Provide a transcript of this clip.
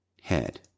head